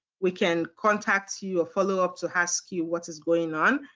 we can contact you or follow up to ask you what is going on.